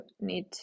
need